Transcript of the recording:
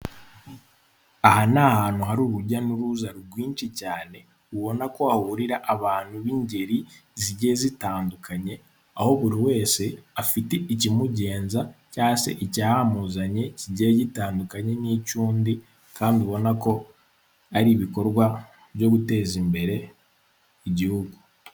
Aha ni ahantu hari urujya n'uruza rwinshi cyane, ubona ko aburira abantu b'ingeri zigiye zitandukanye, aho buri wese afite ikimugenza cya se icyamuzanye kigiye gitandukanye n'icy'undi, kandi ubona ko ari ibikorwa byo guteza imbere igihugu.